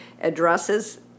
addresses